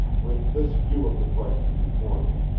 with this view of the question before me,